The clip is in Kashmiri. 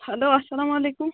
ہیٚلو اَلسَلامُ علیکُم